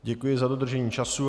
Děkuji za dodržení času.